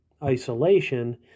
isolation